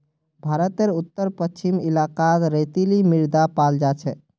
भारतेर उत्तर पश्चिम इलाकात रेतीली मृदा पाल जा छेक